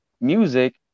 music